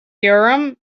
urim